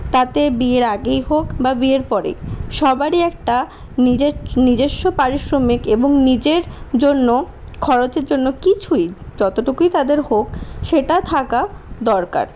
তাতে বিয়ের আগেই হোক বা বিয়ের পরেই সবারই একটা নিজস্ব পারিশ্রমিক এবং নিজের জন্য খরচের জন্য কিছুই যতটুকুই তাদের হোক সেটা থাকা দরকার